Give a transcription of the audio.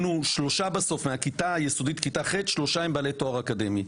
שרק שלושה מהכיתה היסודית בעלי תואר אקדמי,